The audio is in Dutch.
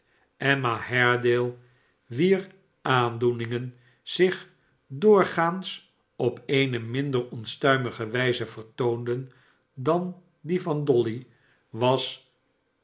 emma haredale wier aandoeningen zich doorgaans op eene minder onstuimige wijze vertoonden dan die van dolly was